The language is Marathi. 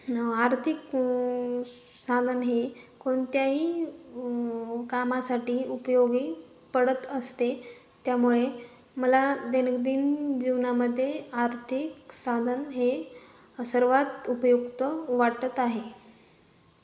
आर्थिक सालन हे कोनत्याही कामासाठी उपयोगी पडत असते त्यामुळे मला दैनंदिन जीवनामध्ये आर्थिक साधन हे सर्वात उपयुक्त वाटत आहे